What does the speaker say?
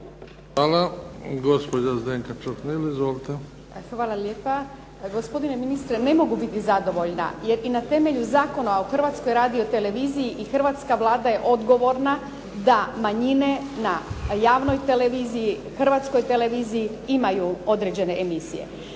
Izvolite. **Čuhnil, Zdenka (Nezavisni)** Hvala lijepa. Gospodine ministre, ne mogu biti zadovoljna jer i na temelju Zakona o Hrvatskoj radio-televiziji i hrvatska Vlada je odgovorna da manjine na javnoj televiziji, Hrvatskoj televiziji imaju određene emisije.